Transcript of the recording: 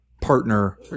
partner